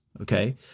okay